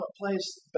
place